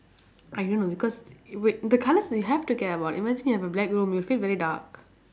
I don't know because wai~ the colours you have to get [what] imagine you have a black room you'll feel very dark